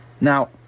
Now